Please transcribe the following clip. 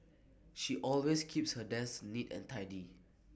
she always keeps her desk neat and tidy